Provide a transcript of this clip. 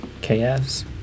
KFs